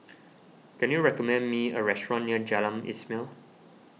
can you recommend me a restaurant near Jalan Ismail